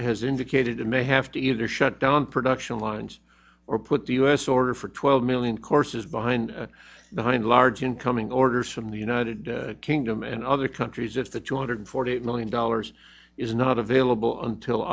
has indicated it may have to either shut down production lines or put the u s order for twelve million courses behind behind large incoming orders from the united kingdom and other countries if the two hundred forty eight million dollars is not available until